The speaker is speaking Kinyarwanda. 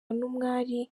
n’umwari